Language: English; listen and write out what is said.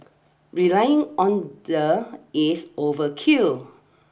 relying on the is overkill